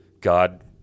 God